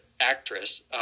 actress